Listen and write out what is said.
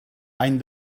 any